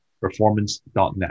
performance.net